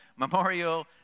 Memorial